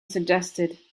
suggested